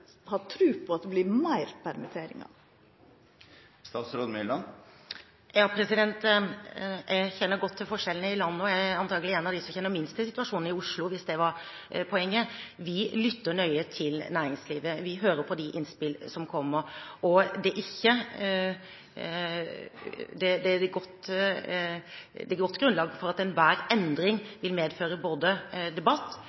har tru på at det vert meir permitteringar? Jeg kjenner godt til forskjellene i landet, og jeg er antagelig en av dem som kjenner minst til situasjonen i Oslo, hvis det var poenget. Vi lytter nøye til næringslivet, vi hører på de innspill som kommer, og det er